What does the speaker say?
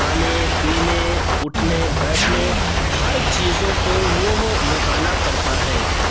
کھانے پینے اٹھنے بیٹھنے ہر چیزوں کو وہ مطالعہ کرتا ہے